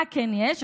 מה כן יש?